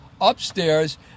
upstairs